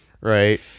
right